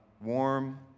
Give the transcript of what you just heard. warm